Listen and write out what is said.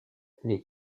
les